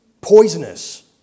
poisonous